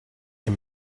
him